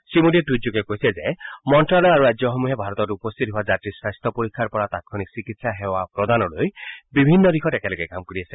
শ্ৰীমোডীয়ে টুইটযোগে কৈছে যে মন্ত্যালয় আৰু ৰাজ্যসমূহে ভাৰতত উপস্থিত হোৱা যাত্ৰীৰ স্বাস্থ্য পৰীক্ষাৰ পৰা তাংক্ষণিক চিকিৎসা সেৱা প্ৰদানলৈ বিভিন্ন দিশত একেলগে কাম কৰি আছে